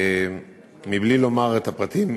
מבלי לומר את הפרטים,